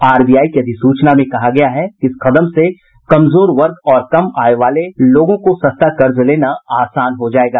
RBI की अधिसूचना में कहा गया है कि इस कदम से कमजोर वर्ग और कम आय वाले लोगों को सस्ता कर्ज लेना आसान हो जायेगा